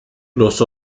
los